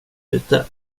ute